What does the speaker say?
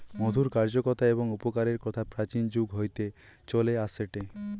মধুর কার্যকতা এবং উপকারের কথা প্রাচীন যুগ হইতে চলে আসেটে